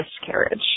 miscarriage